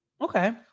Okay